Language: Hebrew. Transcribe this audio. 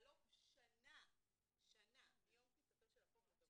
בחלוף שנה מיום כניסתו של החוק לתוקף,